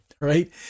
right